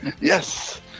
yes